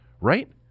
right